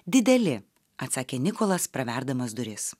dideli atsakė nikolas praverdamas duris